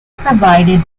provided